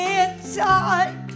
inside